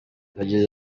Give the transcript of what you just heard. yagize